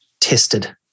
Tested